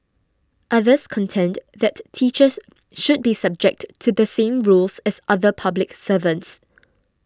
others contend that teachers should be subject to the same rules as other public servants